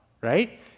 Right